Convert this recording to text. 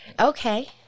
Okay